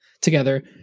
together